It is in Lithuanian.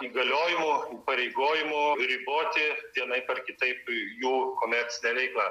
įgaliojimų įpareigojimų riboti vienaip ar kitaip jų komercinę veiklą